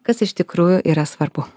kas iš tikrųjų yra svarbu